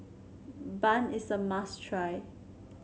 bun is a must try